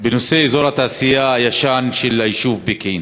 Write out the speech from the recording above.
בנושא אזור התעשייה הישן של היישוב פקיעין,